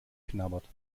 geknabbert